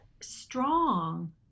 strong